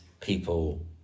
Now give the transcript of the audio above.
people